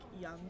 young